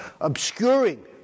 obscuring